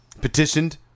petitioned